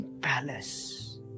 Palace